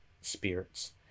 Spirits